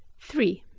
three.